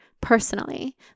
personally